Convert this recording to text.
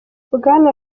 bwana